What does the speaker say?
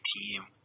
team